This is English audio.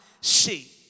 see